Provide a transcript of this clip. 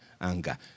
anger